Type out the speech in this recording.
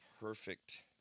perfect